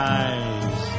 eyes